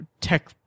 tech